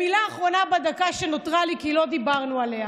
מילה אחרונה בדקה שנותרה לי, כי לא דיברנו עליה: